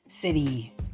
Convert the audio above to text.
city